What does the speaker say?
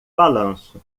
balanço